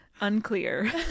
unclear